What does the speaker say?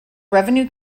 revenue